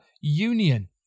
union